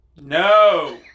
No